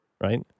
right